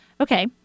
Okay